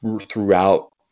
throughout